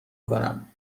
کنم